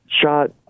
shot